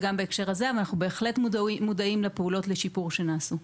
וגם בהקשר הזה אנחנו בהחלט מודעים לפעולות לשיפור שנעשו.